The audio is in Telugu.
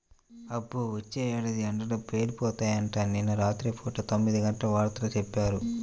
అబ్బో, వచ్చే ఏడాది ఎండలు పేలిపోతాయంట, నిన్న రాత్రి పూట తొమ్మిదిగంటల వార్తల్లో చెప్పారు